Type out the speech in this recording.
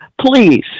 please